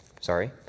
sorry